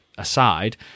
aside